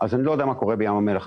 לא יודע מה קורה בים המלח,